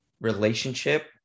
relationship